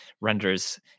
renders